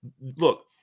look